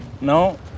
No